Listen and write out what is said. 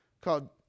called